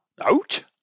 out